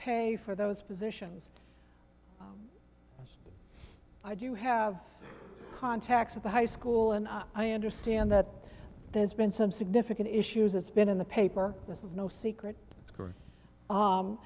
pay for those positions i do have contacts at the high school and i understand that there's been some significant issues it's been in the paper this is no secret